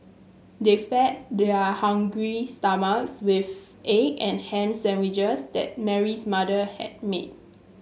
they fed their hungry stomachs with egg and ham sandwiches that Mary's mother had made